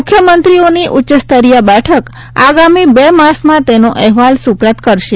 મુખ્યમંત્રી ઓની ઉચ્ચસ્તરીય બેઠક આગામી બે માસમાં તેનો અહેવાલ સુપરત કરશે